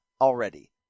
already